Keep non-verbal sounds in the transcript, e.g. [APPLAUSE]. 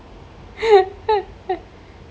[LAUGHS]